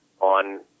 on